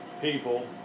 people